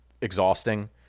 exhausting